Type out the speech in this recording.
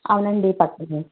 అవునండీ చెప్పండి